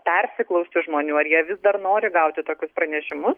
persiklausti žmonių ar jie vis dar nori gauti tokius pranešimus